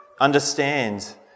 understand